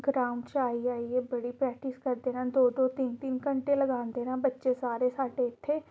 ground च आइयै आइयै बड़ी प्रैक्टिस करदे न दो दो तिन्न तिन्न घैंटे लगांदे न बच्चे सारे साढ़े इत्थें